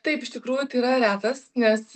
taip iš tikrųjų tai yra retas nes